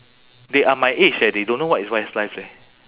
they are my age eh they don't know what is westlife leh